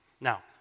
Now